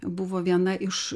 buvo viena iš